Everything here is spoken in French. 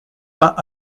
pas